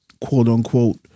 quote-unquote